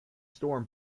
storm